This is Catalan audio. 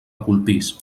polpís